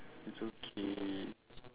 it's okays